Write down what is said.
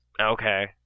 Okay